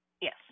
Yes